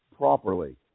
Properly